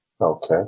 Okay